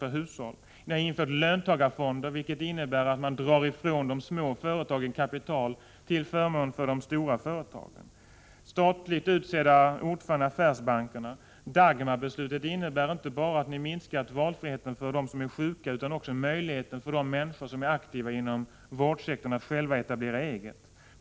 per hushåll. ] Ni har infört löntagarfonder, vilket innebär att man drar ifrån de små u är är HTT LeR Å s : L Om åtgärder för att företagen kapital till förmån för de stora företagen. Vi har nu statligt utsedda ä 5. DAR = ÖR . stimulera unga ordförande i affärsbankerna. Dagmarbeslutet innebär inte bara att ni RA : 3 FR ke A människor till minskat valfriheten för dem som är sjuka utan också möjligheterna för de jnitlativiäv ande människor som är aktiva inom vårdsektorn att etablera egen verksamhet.